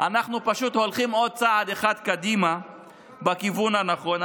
אנחנו הולכים עוד צעד אחד קדימה בכיוון הנכון.